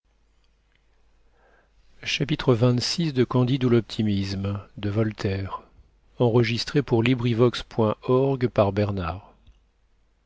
remercîment de candide à m de voltaire